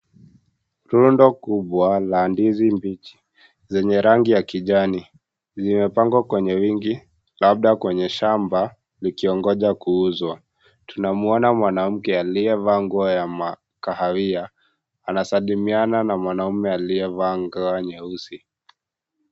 Rundo kubwa la ndizi mbichi zenye rangi ya kijani zimepangwa kwenye wingi labda kwenye shamba likiongoja kuuzwa, tunamwona mwanamke aliyevalia nguo ya kahawia anasalimiana na mwanaume aliyevaa nguo nyeusi.